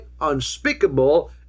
unspeakable